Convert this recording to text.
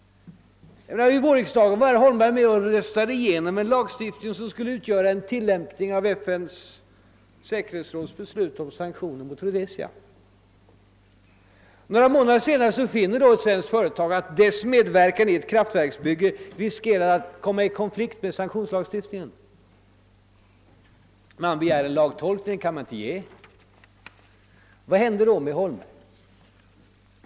Vid vårriksdagen var herr Holmberg med och röstade igenom en lagstiftning som skulle utgöra en tillämpning av FN:s säkerhetsråds beslut om sanktioner mot Rhodesia. Några månader senare finner ett svenskt företag att dess medverkan i ett kraftverksbygge riskerar att komma i konflikt med sanktionslagstiftningen. Man begär en lagtolkning, som emel lertid inte kan ges. Vad gör då herr Holmberg?